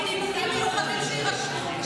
מנימוקים מיוחדים שיירשמו.